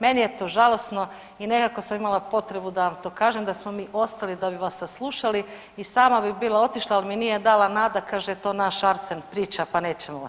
Meni je to žalosno i nekako sam imala to potrebu da vam to kažem da smo mi ostali da bi vas saslušali i sama bi bila otišla, ali mi nije dala Nada kaže to naš Arsen priča pa nećemo otići.